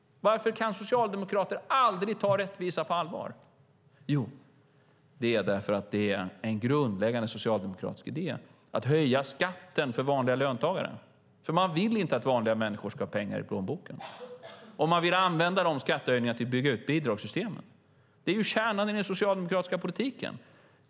Varför kan socialdemokrater aldrig ta rättvisa på allvar? Jo, det är en grundläggande socialdemokratisk idé att höja skatten för vanliga löntagare, för man vill inte att vanliga människor ska ha pengar i plånboken. Och man vill använda skattehöjningarna till att bygga ut bidragssystemen. Det är kärnan i den socialdemokratiska politiken.